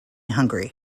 hungary